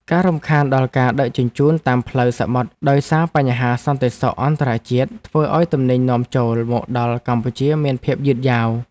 ការរំខានដល់ការដឹកជញ្ជូនតាមផ្លូវសមុទ្រដោយសារបញ្ហាសន្តិសុខអន្តរជាតិធ្វើឱ្យទំនិញនាំចូលមកដល់កម្ពុជាមានភាពយឺតយ៉ាវ។